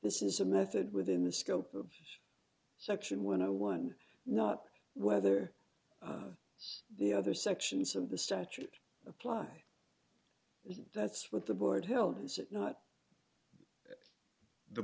this is a method within the scope of section one a one not whether the other sections of the statute apply that's what the board hilda's it not the